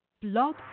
blog